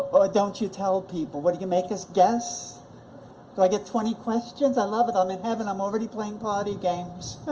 but don't you tell people? what, do you make us guess? do i get twenty questions? i love it, i'm in heaven i'm already playing party games.